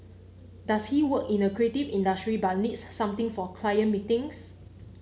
does he work in a creative industry but needs something for client meetings